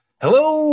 Hello